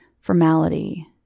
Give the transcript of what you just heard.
formality